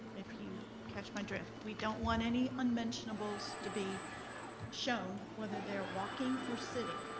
if you catch my drift. we don't want any unmentionables to be shown, whether they're walking or sitting.